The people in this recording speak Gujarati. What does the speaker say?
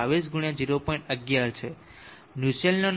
015 × ∆T છે